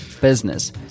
business